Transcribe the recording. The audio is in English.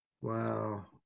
Wow